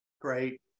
great